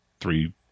three